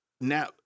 Now